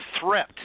threat